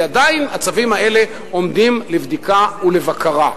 עדיין הצווים האלה עומדים לבדיקה ולבקרה.